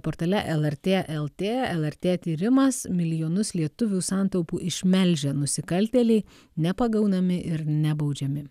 portale lrt lt lrt tyrimas milijonus lietuvių santaupų išmelžę nusikaltėliai nepagaunami ir nebaudžiami